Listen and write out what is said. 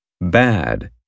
Bad